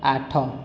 ଆଠ